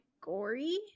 gory